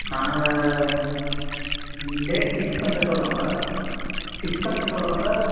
நாங்கள் date fix பண்ணிட்டு சொல்கிறோம் சார் ஃபிக்ஸ் பண்ணிட்டு சொல்கிறோம் சார்